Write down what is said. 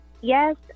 Yes